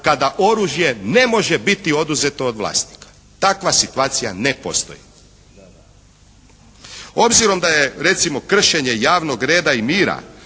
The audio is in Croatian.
kada oružje ne može biti oduzeto od vlasnika, takva situacija ne postoji. Obzirom da je recimo kršenje javnog reda i mira